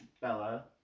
Bella